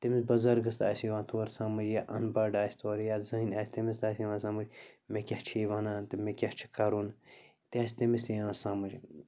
تٔمِس بُزَرگَس آسہِ یِوان تورٕ سمٕجھ یا اَن پڑھ آسہِ تورٕ یا زٔنۍ آسہِ تٔمِس تہِ آسہِ یِوان سمٕجھ مےٚ کیٛاہ چھُ یہِ وَنان تہٕ مےٚ کیٛاہ چھِ کَرُن تہِ آسہِ تٔمِس تہِ یِوان سمٕجھ